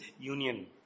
union